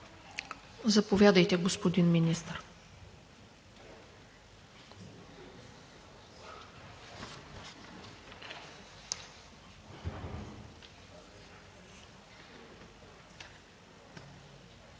Заповядайте, господин Министър.